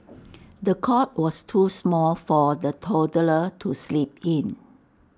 the cot was too small for the toddler to sleep in